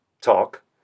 talk